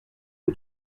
que